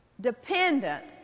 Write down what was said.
dependent